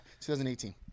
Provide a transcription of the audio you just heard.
2018